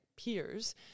peers